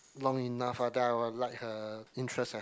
long enough ah then I will like her interest as